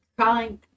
crawling